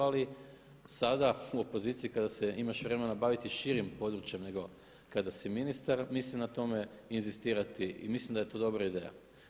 Ali sada u opoziciji kada se imaš vremena baviti širim područje nego kada si ministar mislim na tome inzistirati i mislim da je to dobra ideja.